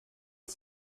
die